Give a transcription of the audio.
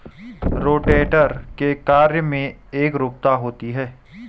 rotator के कार्य में एकरूपता होती है